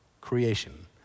creation